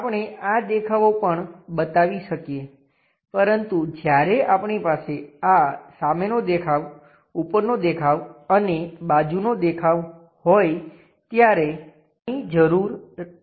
આપણે આ દેખાવો પણ બતાવી શકીએ પરંતુ જ્યારે આપણી પાસે આ સામેનો દેખાવ ઉપરનો દેખાવ અને બાજુનો દેખાવ હોય ત્યારે આની જરૂરી નથી